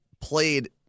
played